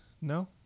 No